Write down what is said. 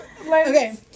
Okay